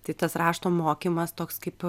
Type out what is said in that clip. tai tas rašto mokymas toks kaip